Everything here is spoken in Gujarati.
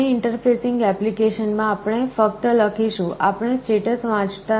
આપણી ઇન્ટરફેસિંગ એપ્લિકેશનમાં આપણે ફક્ત લખીશું આપણે સ્ટેટસ વાંચતા નથી